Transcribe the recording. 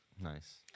Nice